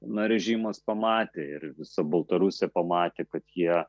na rėžimas pamatė ir visa baltarusija pamatė kad jie